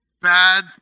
bad